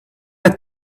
had